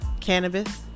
cannabis